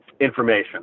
information